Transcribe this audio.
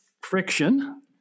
friction